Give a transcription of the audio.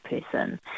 person